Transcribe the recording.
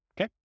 okay